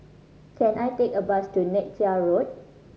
can I take a bus to Neythai Road